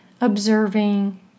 observing